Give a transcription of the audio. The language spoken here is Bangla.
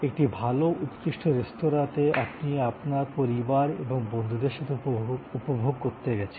একটি ভাল উৎকৃষ্ট রেস্তোঁরাতে আপনি আপনার পরিবার এবং বন্ধুদের সাথে উপভোগ করতে গেছেন